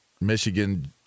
Michigan